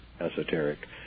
esoteric